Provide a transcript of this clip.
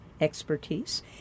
expertise